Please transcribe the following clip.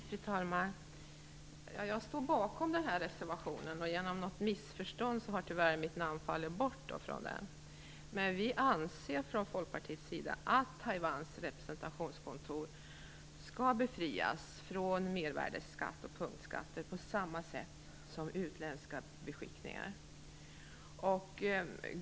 Fru talman! Jag står bakom den här reservationen. Genom något missförstånd har tyvärr mitt namn fallit bort från den. Vi anser från Folkpartiets sida att Taiwans representationskontor skall befrias från mervärdesskatt och punktskatter på samma sätt som utländska beskickningar.